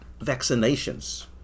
vaccinations